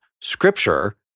scripture